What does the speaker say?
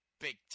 big